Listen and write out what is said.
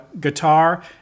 guitar